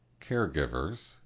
caregivers